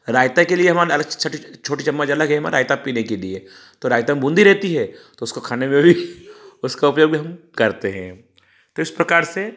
रायते के लिए हमान अलग से छोटी चम्मच अलग है हमें रायता पीने के लिए तो रायता में बूंदी रहती है तो उसको खाने में भी उसका उपयोग भी हम करते हैं तो इस प्रकार से